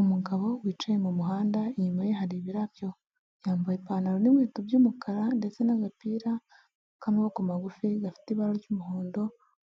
Umugabo wicaye mu muhanda, inyuma ye hari ibirabyo, yambaye ipantaro n'inkweto by'umukara ndetse n'agapira k'amaboko magufi gafite ibara ry'umuhondo,